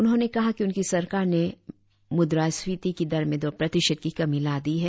उन्होंने कहा कि उनकी सरकार ने मुद्रा स्फीति की दर में दो प्रतिशत की कमी ला दी है